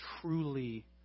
truly